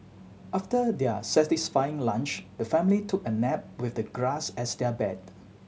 after their satisfying lunch the family took a nap with the grass as their bed